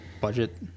budget